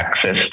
access